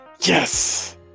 Yes